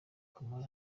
kumar